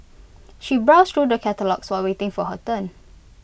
she browsed through the catalogues while waiting for her turn